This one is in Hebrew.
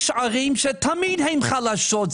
יש ערים שתמיד חלשות,